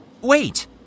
Wait